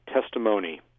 Testimony